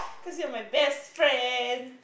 cause you are my best friend